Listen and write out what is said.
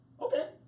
Okay